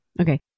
Okay